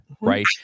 Right